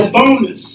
bonus